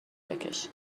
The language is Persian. بکشی